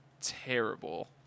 terrible